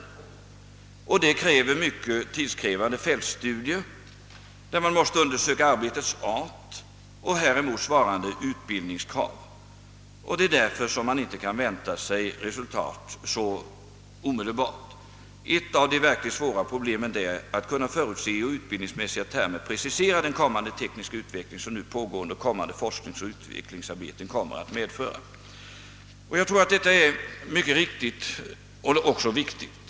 Detta förutsätter mycket tidskrävande fältstudier. Man måste undersöka arbetets art och däremot svarande utbildningskrav. Därför kan inte resultat väntas föreligga omedelbart. Ett av de verkligt svåra problemen är att förutse och i utbildningsmässiga termer precisera vad den pågående tekniska utvecklingen och kommande utvecklingsoch forskningsarbeten kan väntas medföra. Jag tror att detta är mycket riktigt och även viktigt.